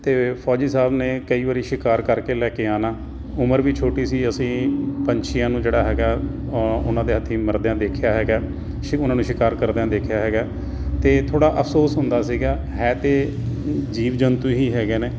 ਅਤੇ ਫੌਜੀ ਸਾਹਿਬ ਨੇ ਕਈ ਵਾਰ ਸ਼ਿਕਾਰ ਕਰਕੇ ਲੈ ਕੇ ਆਉਣਾ ਉਮਰ ਵੀ ਛੋਟੀ ਸੀ ਅਸੀਂ ਪੰਛੀਆਂ ਨੂੰ ਜਿਹੜਾ ਹੈਗਾ ਉਹਨਾਂ ਦੇ ਹੱਖੀਂ ਮਰਦਿਆਂ ਦੇਖਿਆ ਹੈਗਾ ਸ਼ਿ ਉਹਨਾਂ ਨੂੰ ਸ਼ਿਕਾਰ ਕਰਦਿਆਂ ਦੇਖਿਆ ਹੈਗਾ ਅਤੇ ਥੋੜ੍ਹਾ ਅਫਸੋਸ ਹੁੰਦਾ ਸੀਗਾ ਹੈ ਤਾਂ ਜੀਵ ਜੰਤੂ ਹੀ ਹੈਗੇ ਨੇ